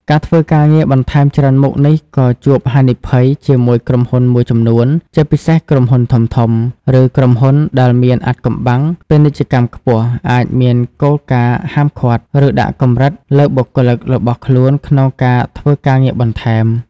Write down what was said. ការធ្វើការងារបន្ថែមច្រើនមុខនេះក៏ជួបហានិភ័យជាមួយក្រុមហ៊ុនមួយចំនួន ជាពិសេសក្រុមហ៊ុនធំៗ ឬក្រុមហ៊ុនដែលមានអាថ៌កំបាំងពាណិជ្ជកម្មខ្ពស់ អាចមានគោលការណ៍ហាមឃាត់ ឬដាក់កម្រិតលើបុគ្គលិករបស់ខ្លួនក្នុងការធ្វើការងារបន្ថែម។